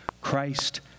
Christ